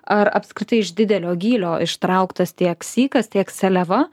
ar apskritai iš didelio gylio ištrauktas tiek sykas tiek seliava